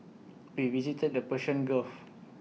we visited the Persian gulf